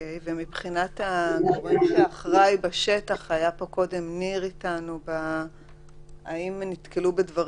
האם הגורמים שאחראים בשטח נתקלו בדברים